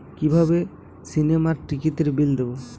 কিভাবে সিনেমার টিকিটের বিল দেবো?